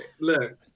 Look